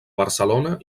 barcelona